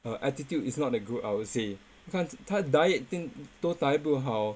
uh attitude is not that good I would say 他他 dieting 都 diet 不好